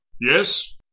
Yes